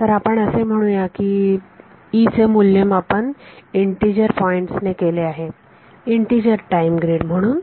तर आपण असे म्हणू या की E चे मूल्यमापन इन्टिजर पॉईंट्स ने केले आहे इन्टिजर टाईम ग्रीड म्हणून